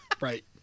Right